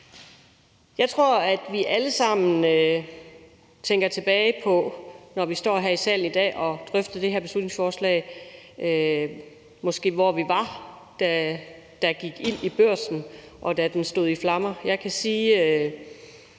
Jeg tror, at vi alle sammen, når vi står her i salen i dag og drøfter det her beslutningsforslag, tænker tilbage på, hvor vi var, da der gik ild i Børsen og bygningen stod i flammer.